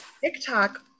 TikTok